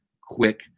quick